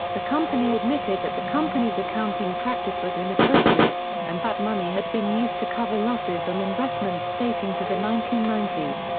the company admitted that the company's accounting practice was inappropriate and that money had been used to cover losses on investments dating to the nineteen ninety